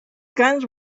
guns